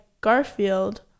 Garfield